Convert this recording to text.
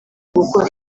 gukora